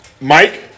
Mike